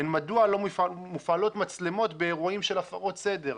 הן מדוע לא מופעלות מצלמות באירועים של הפרות סדר.